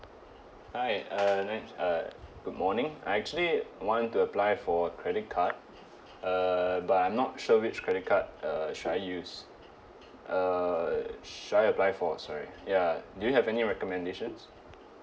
hi uh nice uh good morning I actually want to apply for credit card uh but I'm not sure which credit card uh should I use uh should I apply for sorry ya do you have any recommendations